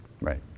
Right